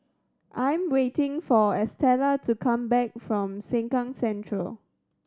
I am waiting for Estela to come back from Sengkang Central